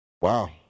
Wow